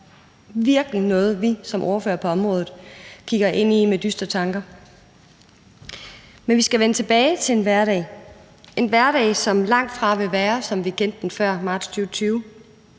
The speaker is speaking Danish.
er virkelig noget, vi som ordførere på området kigger ind i med dystre tanker. Men vi skal vende tilbage til en hverdag – en hverdag, som langtfra vil være, som vi kendte den før marts 2020.